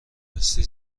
راستی